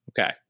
Okay